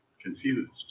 confused